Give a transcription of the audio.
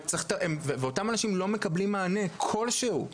ואותם אנשים לא מקבלים מענה כל שהוא.